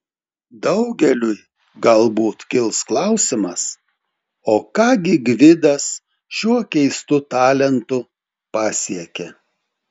daugeliui galbūt kils klausimas o ką gi gvidas šiuo keistu talentu pasiekė